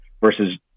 versus